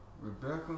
Rebecca